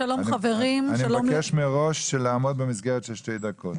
אני מבקש מראש לעמוד במסגרת של שתי דקות.